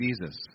Jesus